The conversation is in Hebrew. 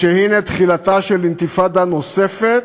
שהנה תחילתה של אינתיפאדה נוספת.